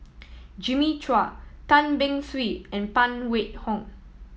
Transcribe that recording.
Jimmy Chua Tan Beng Swee and Phan Wait Hong